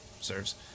serves